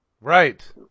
right